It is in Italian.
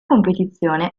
competizione